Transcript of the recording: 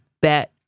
bet